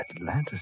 Atlantis